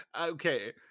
Okay